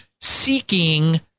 seeking